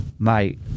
Mate